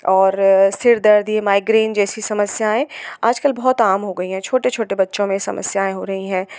और सिर दर्द यह माइग्रेन जैसी समस्याएँ आजकल बहुत आम हो गई है छोटे छोटे बच्चों में समस्याएँ हो रही हैं